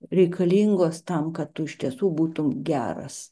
reikalingos tam kad tu iš tiesų būtum geras